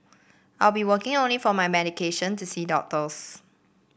I'll be working only for my medication to see doctors